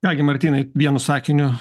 ką gi martynai vienu sakiniu